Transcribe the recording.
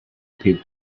him